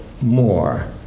more